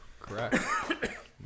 Correct